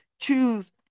choose